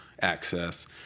access